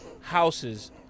houses